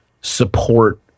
support